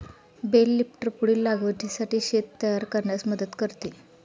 bell lifter पुढील लागवडीसाठी शेत तयार करण्यास मदत करते